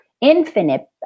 infinite